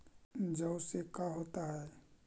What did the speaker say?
जौ से का होता है?